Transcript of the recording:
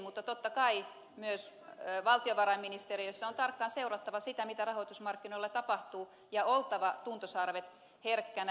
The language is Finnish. mutta totta kai myös valtiovarainministeriössä on tarkkaan seurattava sitä mitä rahoitusmarkkinoilla tapahtuu ja oltava tuntosarvet herkkänä